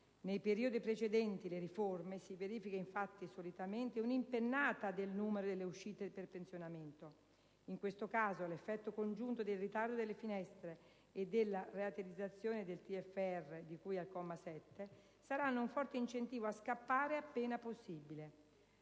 Nei periodi precedenti le riforme si verifica infatti solitamente un'impennata nel numero delle uscite per pensionamento. In questo caso, l'effetto congiunto del ritardo delle finestre e della rateizzazione del trattamento di fine rapporto (di cui al comma 7) saranno un forte incentivo a scappare appena possibile.